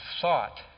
thought